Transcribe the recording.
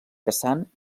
caçant